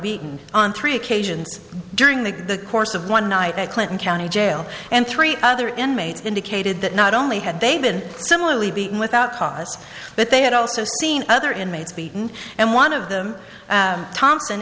beaten on three occasions during the course of one night at clinton county jail and three other inmates indicated that not only had they been similarly beaten without cause but they had also seen other inmates beaten and one of them thompson